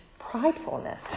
pridefulness